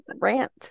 Rant